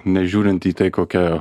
nežiūrint į tai kokia